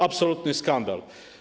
Absolutny skandal.